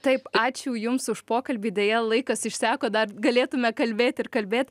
taip ačiū jums už pokalbį deja laikas išseko dar galėtume kalbėt ir kalbėt